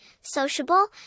sociable